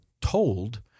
told